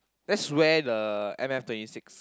that's where the M M thirty six